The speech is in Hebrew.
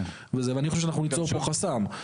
ואני חושב שאנחנו ניצור פה חסם.